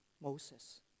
Moses